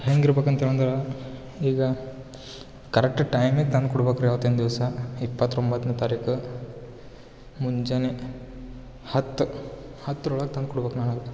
ಹೆಂಗಿರಬೇಕ್ ಅಂತೇಳಿ ಅಂದ್ರೆ ಈಗ ಕರೆಟ್ಟ್ ಟೈಮಿಗೆ ತಂದು ಕೊಡ್ಬೇಕ್ ರೀ ಅವತ್ತಿನ ದಿವಸ ಇಪ್ಪತ್ತೊಂಬತ್ತನೇ ತಾರೀಕು ಮುಂಜಾನೆ ಹತ್ತು ಹತ್ತರೊಳಗ್ ತಂದು ಕೊಡ್ಬೇಕ್ ನಾಳೆಗೆ